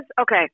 okay